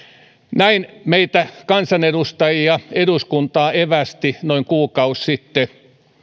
näin meitä kansanedustajia eduskuntaa evästi noin kuukausi sitten